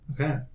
okay